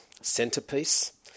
centerpiece